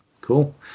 cool